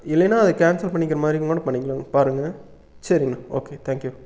இல்லைனால் அதை கேன்சல் பண்ணிக்கிற மாதிரிங்கூட பண்ணிக்கலாம் பாருங்கள் சரிங்ணா ஓகே தேங்க் யூ